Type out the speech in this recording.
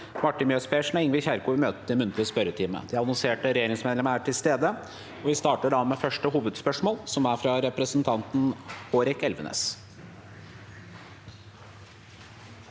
Marte Mjøs Persen og Ingvild Kjerkol vil møte til muntlig spørretime. De annonserte regjeringsmedlemmene er til stede. Vi starter med første hovedspørsmål, fra representanten Hårek Elvenes.